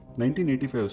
1985